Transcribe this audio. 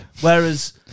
Whereas